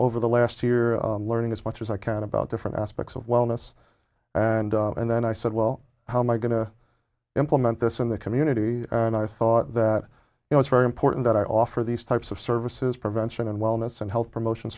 over the last year learning as much as i can about different aspects of wellness and and then i said well how my going to implement this in the community and i thought that it was very important that i offer these types of services prevention and wellness and health promotion